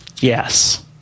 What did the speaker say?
Yes